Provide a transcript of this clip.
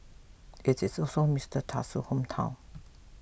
it is also Mister Tusk's hometown